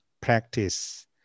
practice